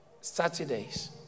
Saturdays